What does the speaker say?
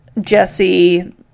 Jesse